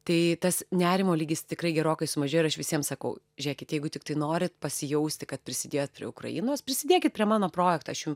tai tas nerimo lygis tikrai gerokai sumažėjoir aš visiem sakau žiūrėkit jeigu tiktai norit pasijausti kad prisidėjot prie ukrainos prisidėkit prie mano projekto aš jum